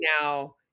now